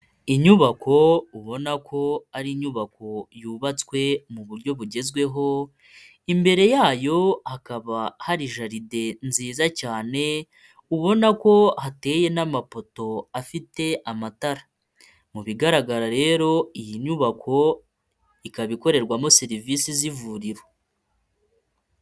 Inyubako ubona ko ari inyubako yubatswe mu buryo bugezweho. Imbere yayo hakaba hari jaride nziza cyane, ubona ko hateye n’amapoto afite amatara. Mu bigaragara rero, iyi nyubako ikaba ikorerwamo serivisi z’ivuriro.